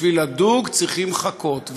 בשביל לדוג צריכים חכות,